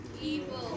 Evil